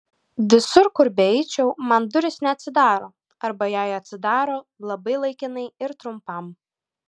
visur kur beeičiau man durys neatsidaro arba jei atsidaro labai laikinai ir trumpam